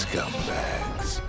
Scumbags